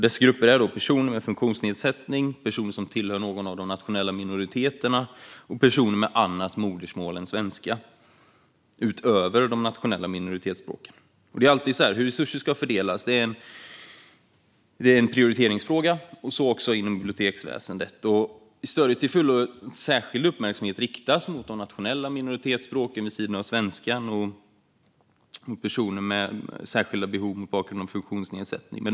Dessa grupper är personer med funktionsnedsättning, personer som tillhör någon av de nationella minoriteterna och personer med annat modersmål än svenska utöver de nationella minoritetsspråken. Hur resurser ska fördelas är alltid en prioriteringsfråga, så också inom biblioteksväsendet. Vi stöder till fullo att särskild uppmärksamhet riktas mot de nationella minoritetsspråken och mot personer med särskilda behov med anledning av funktionsnedsättning.